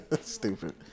Stupid